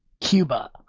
Cuba